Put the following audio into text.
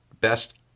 best